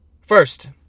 First